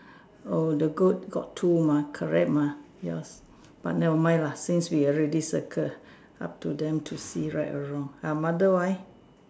oh the goat got two mah correct mah yours but never mind lah since you already circle up to them to see right or wrong ah mother why